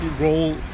role